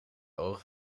oog